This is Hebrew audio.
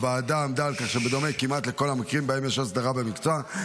הוועדה עמדה על כך שבדומה כמעט לכל המקרים שבהם יש הסדרת מקצוע,